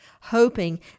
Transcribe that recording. hoping